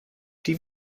die